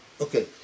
Okay